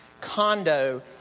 condo